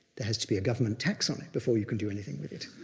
there has to be a government tax on it before you can do anything with it.